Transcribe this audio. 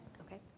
Okay